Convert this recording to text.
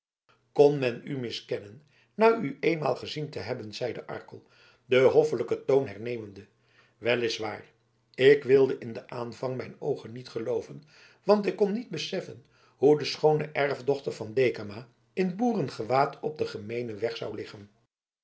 kon men u miskennen na u eenmaal gezien te hebben zeide arkel den hoffelijken toon hernemende wel is waar ik wilde in den aanvang mijn oogen niet gelooven want ik kon niet beseffen hoe de schoone erfdochter van dekama in boerengewaad op den gemeenen weg zou liggen